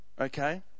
okay